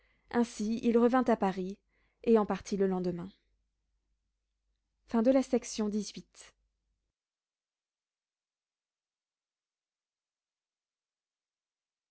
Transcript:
ainsi il revint à paris et en partit le lendemain